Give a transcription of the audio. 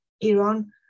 Iran